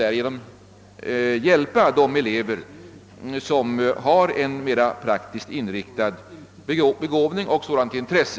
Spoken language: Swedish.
Därigenom kan man hjälpa de elever Som har en mer praktiskt inriktad begåvning och praktiskt intresse.